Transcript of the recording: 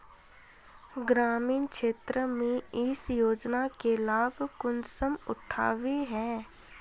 ग्रामीण क्षेत्र में इस योजना के लाभ कुंसम उठावे है?